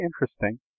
interesting